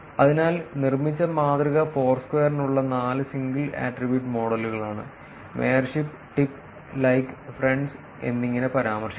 അതിനാൽ നിർമ്മിച്ച മാതൃക ഫോർസ്ക്വയറിനുള്ള നാല് സിംഗിൾ ആട്രിബ്യൂട്ട് മോഡലുകളാണ് മേയർഷിപ്പ് ടിപ്പ് ലൈക്ക് ഫ്രണ്ട്സ് എന്നിങ്ങനെ പരാമർശിക്കുന്നു